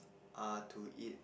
uh to eat